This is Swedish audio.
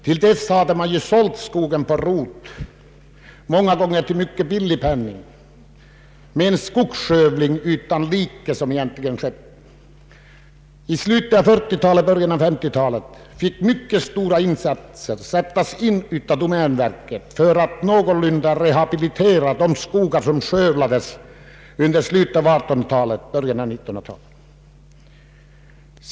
Till dess hade verket sålt skog på rot, många gånger till mycket billigt pris. En skogsskövling utan like hade egentligen skett. I slutet av 1940 talet och i början av 1950-talet fick domänverket göra mycket stora insatser för att någorlunda rehabilitera de skogar som skövlades under slutet av 1800 talet och början av 1900-talet.